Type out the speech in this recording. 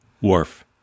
Worf